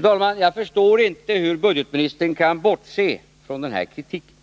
talman! Jag förstår inte hur budgetministern kan bortse från den här kritiken.